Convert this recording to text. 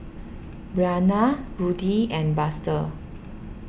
Bryana Rudy and Buster